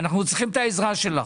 ואנחנו צריכים את העזרה שלך.